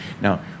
now